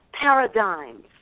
paradigms